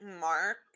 Mark